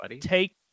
take